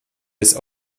des